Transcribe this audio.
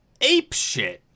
apeshit